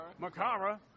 Makara